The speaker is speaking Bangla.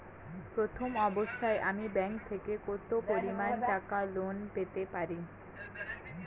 প্রথম অবস্থায় আমি ব্যাংক থেকে কত পরিমান টাকা লোন পেতে পারি?